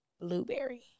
blueberry